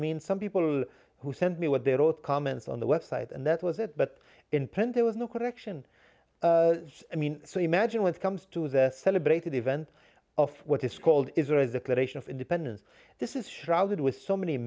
mean some people who sent me what they wrote comments on the website and that was it but in print there was no correction i mean so imagine when it comes to the celebrated event of what is called israel is a creation of independence this is shrouded with so many